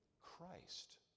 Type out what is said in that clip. Christ